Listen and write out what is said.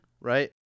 right